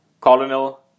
Colonel